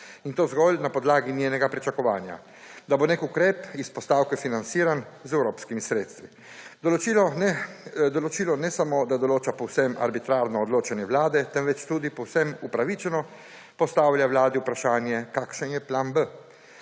In to zgolj na podlagi njenega pričakovanja, da bo nek ukrep s postavke financiran z evropskimi sredstvi. Določilo ne samo, da določa povsem arbitrarno odločanje Vlade, temveč tudi povsem upravičeno postavlja Vladi vprašanje, kakšen je plan b,